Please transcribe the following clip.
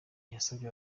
yasabye